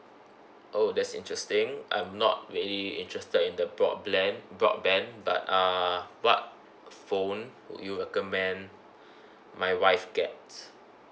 oh that's interesting I'm not really interested in the broadband but uh what phone would you recommend my wife get